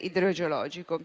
idrogeologico.